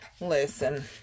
listen